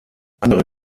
andere